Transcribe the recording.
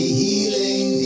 healing